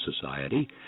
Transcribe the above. Society